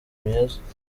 myiza